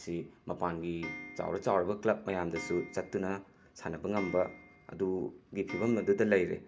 ꯑꯁꯤ ꯃꯄꯥꯟꯒꯤ ꯆꯥꯎꯔ ꯆꯥꯎꯔꯕ ꯀ꯭ꯂꯕ ꯃꯌꯥꯝꯗꯁꯨ ꯆꯠꯇꯨꯅ ꯁꯥꯟꯅꯕ ꯉꯝꯕ ꯑꯗꯨꯒꯤ ꯐꯤꯕꯝ ꯑꯗꯨꯗ ꯂꯩꯔꯦ